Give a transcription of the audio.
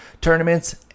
Tournaments